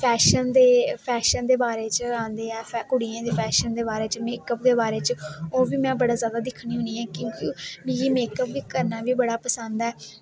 fashion दे बारे च आंदे ऐ कुड़ियें दे फैशन दे बारे च मेकअप दे बारे च ओह् बी में बड़े जादा दिक्खनी होनी ऐं क्योंकि मिगी मेकअप करना बी बड़ा पसंद ऐ